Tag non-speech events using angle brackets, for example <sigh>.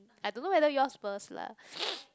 I don't know whether yours was lah <noise>